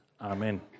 Amen